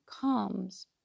comes